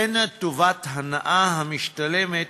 וכן טובת הנאה המשתלמת